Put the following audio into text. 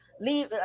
leave